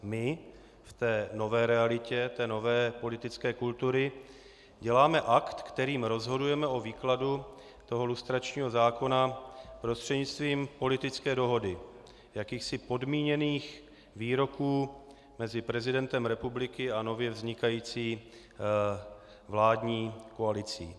My v té nové realitě nové politické kultury děláme akt, kterým rozhodujeme o výkladu lustračního zákona prostřednictvím politické dohody, jakýchsi podmíněných výroků mezi prezidentem republiky a nově vznikající vládní koalicí.